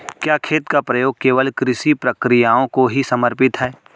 क्या खेत का प्रयोग केवल कृषि प्रक्रियाओं को ही समर्पित है?